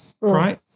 Right